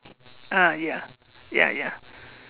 ah ya ya ya